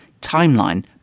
Timeline